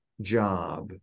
job